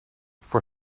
voor